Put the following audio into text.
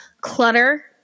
clutter